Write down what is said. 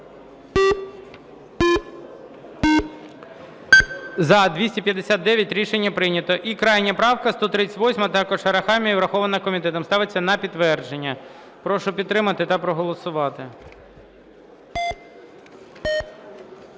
За-259 Рішення прийнято. І крайня правка 138 також Арахамії. Врахована комітетом. Ставиться на підтвердження. Прошу підтримати та проголосувати.